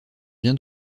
bien